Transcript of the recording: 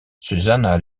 susanna